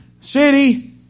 city